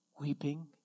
weeping